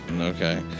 Okay